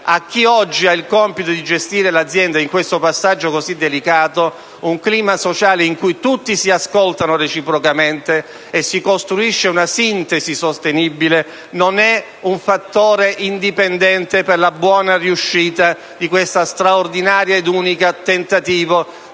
a chi oggi ha il compito di gestire l'azienda in questo passaggio così delicato, si ascoltano reciprocamente per costruire una sintesi sostenibile non è un fattore indipendente per la buona riuscita di questo straordinario ed unico tentativo